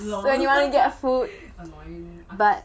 then you only get food but